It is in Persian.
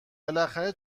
بالاخره